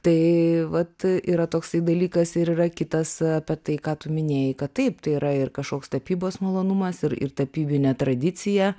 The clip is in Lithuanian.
tai vat yra toksai dalykas ir yra kitas apie tai ką tu minėjai kad taip tai yra ir kažkoks tapybos malonumas ir tapybinė tradicija